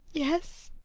yes.